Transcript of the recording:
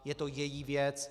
Je to její věc.